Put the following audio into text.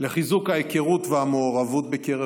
לחיזוק ההיכרות והמעורבות בקרב הורים,